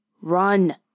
Run